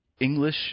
English